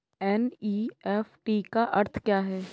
NEFT का अर्थ क्या है?